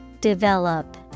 Develop